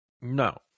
No